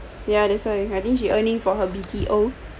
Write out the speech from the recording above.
ya that's why I think she earning for her B_T_O